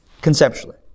conceptually